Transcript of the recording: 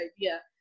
idea